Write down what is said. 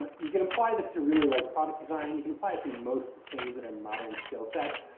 ah you can apply this to really like product design. you can apply it to most things that are modern skillsets,